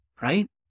Right